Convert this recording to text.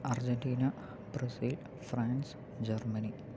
Argentina Brazil France Germany